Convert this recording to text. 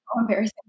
embarrassing